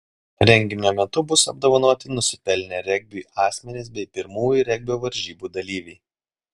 renginio metu bus apdovanoti nusipelnę regbiui asmenys bei pirmųjų regbio varžybų dalyviai